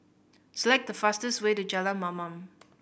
select the fastest way to Jalan Mamam